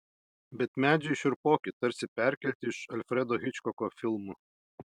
bet medžiai šiurpoki tarsi perkelti iš alfredo hičkoko filmų